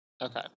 Okay